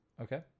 okay